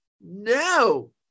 No